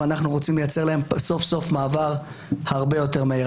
ואנחנו רוצים לייצר להם סוף-סוף מעבר הרבה יותר מהיר.